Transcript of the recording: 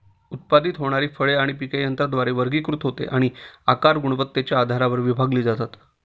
उत्पादित होणारी फळे आणि पिके यंत्राद्वारे वर्गीकृत होते आणि आकार आणि गुणवत्तेच्या आधारावर विभागली जातात